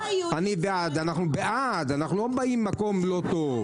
אנחנו בעד; אנחנו לא באים ממקום לא טוב.